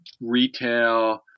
retail